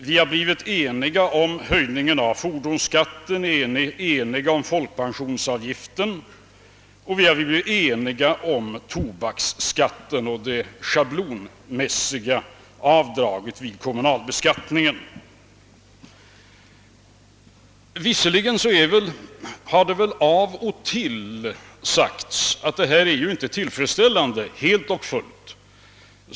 Vi har blivit eniga om höjningen av fordonsskatten, eniga om folkpensionsavgiften, och vi har blivit eniga om tobaksskatten och det schablonmässiga avdraget vid kommunalbeskattningen. Visserligen har det väl av och till sagts att det här inte är helt och fullt tillfredsställande.